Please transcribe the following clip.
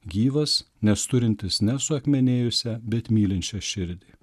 gyvas nes turintis ne suakmenėjusią bet mylinčią širdį